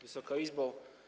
Wysoka Izbo!